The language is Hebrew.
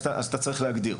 אז אתה צריך להגדיר.